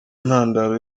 intandaro